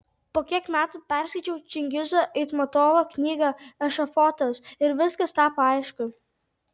po kiek metų perskaičiau čingizo aitmatovo knygą ešafotas ir viskas tapo aišku